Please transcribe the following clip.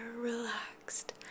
relaxed